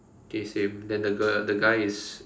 okay same then the girl the guy is